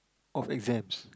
of exams